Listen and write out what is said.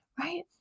right